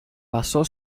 pasó